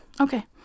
Okay